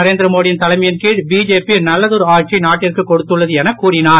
நரேந்திரமோடி யின் தலைமையின் கீழ் பிஜேபி நல்லதொரு ஆட்சியை நாட்டிற்கு கொடுத்துள்ளது என கூறினார்